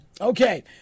Okay